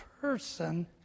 person